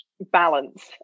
balance